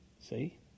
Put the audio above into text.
See